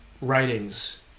writings